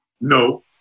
No